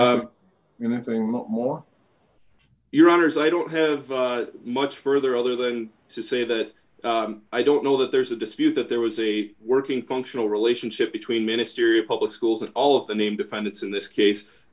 nothing more your honour's i don't have much further other than to say that i don't know that there's a dispute that there was a working functional relationship between ministerial public schools d and all of the name defendants in this case